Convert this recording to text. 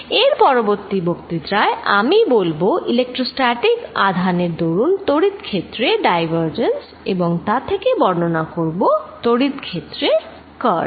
এর পরবর্তী বক্তৃতায় আমি বলবো ইলেকট্রস্ট্যাটিক আধানের দরুন তড়িৎ ক্ষেত্রে ডাইভারজেন্স এবং তা থেকে বর্ণনা করবো তড়িৎ ক্ষেত্রের কার্ল